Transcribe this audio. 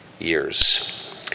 years